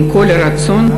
עם כל הרצון,